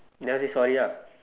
you never say sorry ah